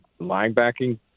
linebacking